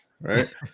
right